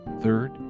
Third